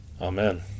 Amen